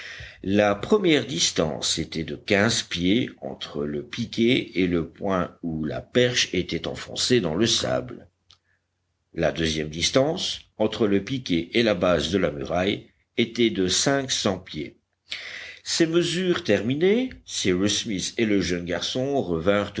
la première distance était de quinze pieds entre le piquet et le point où la perche était enfoncée dans le sable la deuxième distance entre le piquet et la base de la muraille était de cinq cents pieds ces mesures terminées cyrus smith et le jeune garçon